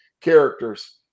characters